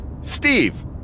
Steve